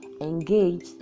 engaged